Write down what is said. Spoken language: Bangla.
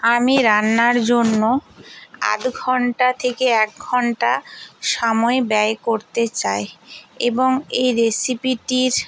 আমি রান্নার জন্য আধ ঘন্টা থেকে এক ঘন্টা সময় ব্যয় করতে চাই এবং এই রেসিপিটির